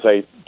say